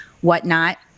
whatnot